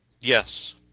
Yes